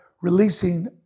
releasing